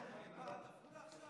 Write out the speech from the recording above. מה, עד עפולה עכשיו?